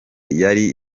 yari